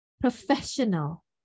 professional